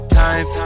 time